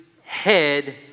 head